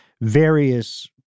various